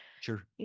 Sure